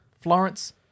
Florence